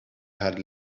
had